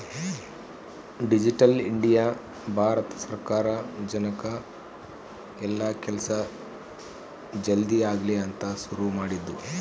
digital India Bharat ಸರ್ಕಾರ ಜನಕ್ ಎಲ್ಲ ಕೆಲ್ಸ ಜಲ್ದೀ ಆಗಲಿ ಅಂತ ಶುರು ಮಾಡಿದ್ದು